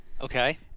Okay